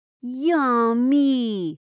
Yummy